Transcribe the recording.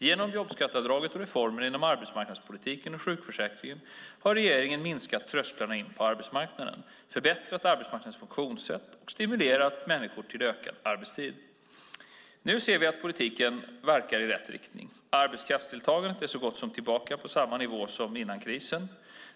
Genom jobbskatteavdraget och reformerna inom arbetsmarknadspolitiken och sjukförsäkringen har regeringen minskat trösklarna in på arbetsmarknaden, förbättrat arbetsmarknadens funktionssätt och stimulerat människor till ökad arbetstid. Nu ser vi att politiken verkar i rätt riktning. Arbetskraftsdeltagandet är så gott som tillbaka på samma nivå som före krisen.